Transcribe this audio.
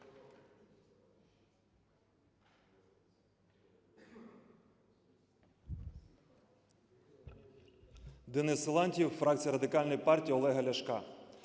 Денис Силантьєв, фракція Радикальної партії Олега Ляшка.